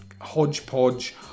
hodgepodge